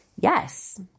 Yes